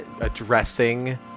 addressing